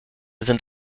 sind